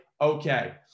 okay